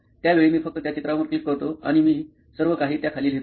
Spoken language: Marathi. त्या वेळी मी फक्त त्या चित्रावर क्लिक करतो आणि मी सर्व काही त्या खाली लिहितो